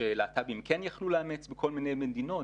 שלהט"בים כן יכלו לאמץ מכל מיני מדינות.